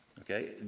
Okay